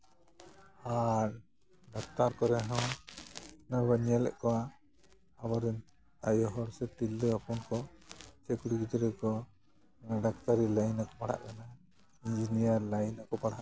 ᱟᱨ doctor ᱠᱚᱨᱮ ᱦᱚᱸ ᱚᱱᱟ ᱵᱚᱱ ᱧᱮᱞᱮᱫ ᱠᱚᱣᱟ ᱟᱵᱚᱨᱮᱱ ᱟᱭᱚ ᱦᱚᱲ ᱥᱮ ᱛᱤᱨᱞᱟᱹ ᱦᱚᱯᱚᱱ ᱠᱚ ᱥᱮ ᱠᱩᱲᱤ ᱜᱤᱫᱽᱨᱟᱹ ᱠᱚ ᱚᱱᱟ ᱰᱟᱠᱛᱟᱨᱤ ᱞᱟᱭᱤᱱ ᱨᱮᱠᱚ ᱯᱟᱲᱦᱟᱜ ᱠᱟᱱᱟ ᱤᱧᱡᱤᱱᱤᱭᱟᱨ ᱞᱟᱭᱤᱱ ᱨᱮᱠᱚ ᱯᱟᱲᱦᱟᱜ ᱠᱟᱱᱟ